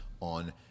on